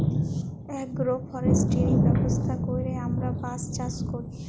agro forestry ব্যবস্থা ক্যইরে আমরা বাঁশ চাষ ক্যরি